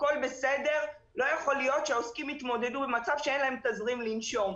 אבל לא יכול להיות שהעוסקים יתמודדו עם מצב שאין להם תזרים לנשום.